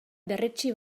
berretsi